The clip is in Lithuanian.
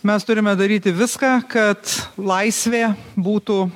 mes turime daryti viską kad laisvė būtų